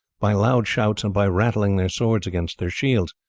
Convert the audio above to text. by loud shouts and by rattling their swords against their shields.